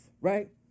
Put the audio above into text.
right